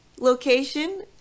location